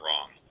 wrong